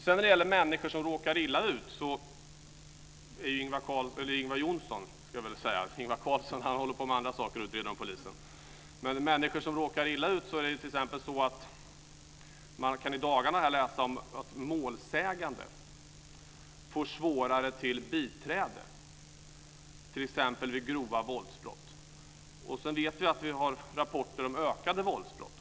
Sedan till människor som råkar illa ut, Ingvar Johnsson. Jag höll på att säga Ingvar Carlsson, men han håller på med andra saker inom polisen. Man kan i dagarna läsa om att målsägande får svårare att få biträde vid t.ex. grova våldsbrott. Vi vet att vi har rapporter om ökade våldsbrott.